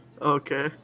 Okay